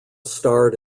starred